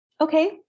Okay